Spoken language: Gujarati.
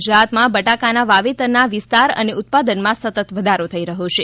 ગુજરાતમાં બટાકાના વાવેતરના વિસ્તાર અને ઉત્પાદનમાં સતત વધારો થઇ રહ્યો છે